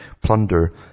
plunder